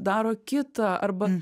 daro kita arba